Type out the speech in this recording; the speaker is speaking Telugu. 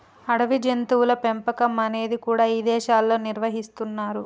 అడవి జంతువుల పెంపకం అనేది కూడా ఇదేశాల్లో నిర్వహిస్తున్నరు